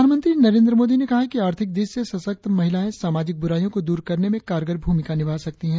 प्रधानमंत्री नरेंद्र मोदी ने कहा है कि आर्थिक द्रष्टि से सशक्त महिलाए सामाजिक बुराइयों को दूर करने में कारगर भूमिका निभा सकती हैं